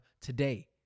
today